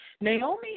Naomi